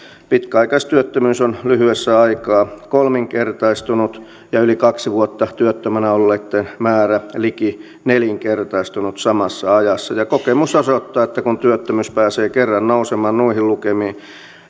pitkäaikaistyöttömyys on lyhyessä aikaa kolminkertaistunut ja yli kaksi vuotta työttömänä olleitten määrä liki nelinkertaistunut samassa ajassa ja kokemus osoittaa että kun työttömyys pääsee kerran nousemaan noihin lukemiin